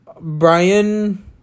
Brian